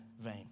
vain